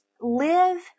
live